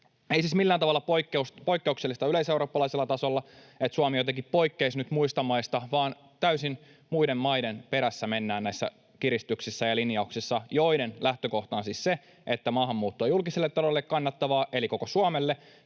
Ei siis ole millään tavalla poikkeuksellista yleiseurooppalaisella tasolla, että Suomi jotenkin poikkeaisi nyt muista maista, vaan täysin muiden maiden perässä mennään näissä kiristyksissä ja linjauksissa, joiden lähtökohta on siis se, että maahanmuutto on julkiselle taloudelle kannattavaa, eli koko Suomelle,